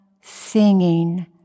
singing